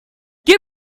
give